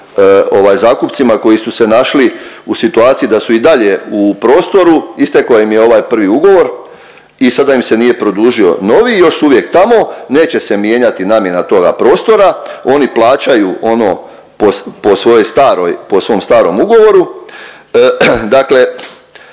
zakupcima koji su se našli u situaciji da su i dalje u prostoru, istekao im je ovaj prvi ugovor i sada im se nije produžio novi, još uvijek je tamo, neće se mijenjati namjena toga prostora. Oni plaćaju ono po svom starom ugovoru. Dakle,